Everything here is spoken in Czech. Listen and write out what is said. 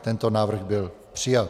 Tento návrh byl přijat.